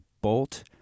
Bolt